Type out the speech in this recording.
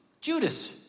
Judas